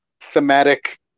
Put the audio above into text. thematic